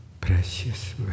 precious